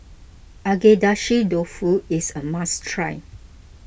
Agedashi Dofu is a must try